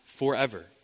forever